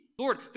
Lord